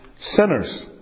sinners